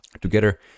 together